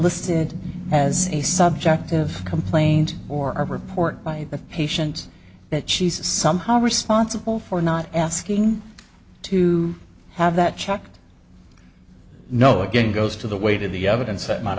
listed as a subjective complaint or a report by the patient that she's somehow responsible for not asking to have that check no again goes to the way to the evidence that might